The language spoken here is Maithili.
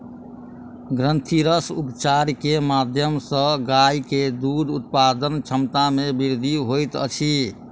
ग्रंथिरस उपचार के माध्यम सॅ गाय के दूध उत्पादनक क्षमता में वृद्धि होइत अछि